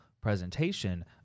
presentation